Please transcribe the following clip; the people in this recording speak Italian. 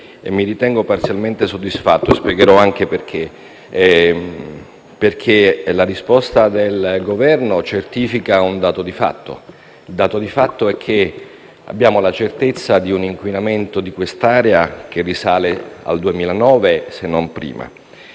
mi ritengo parzialmente soddisfatto (spiegherò anche il perché). La risposta del Governo certifica un dato di fatto, ossia che abbiamo la certezza di un inquinamento di quest'area che risale al 2009, se non prima.